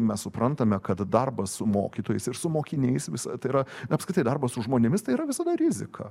mes suprantame kad darbas su mokytojais ir su mokiniais visa tai yra apskritai darbas su žmonėmis tai yra visada rizika